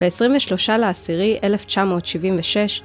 ב-23.10.1976